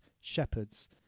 shepherds